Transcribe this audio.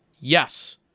Yes